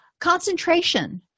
Concentration